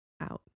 out